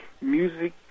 music